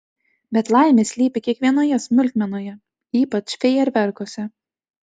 bet laimė slypi kiekvienoje smulkmenoje ypač fejerverkuose